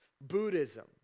Buddhism